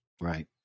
Right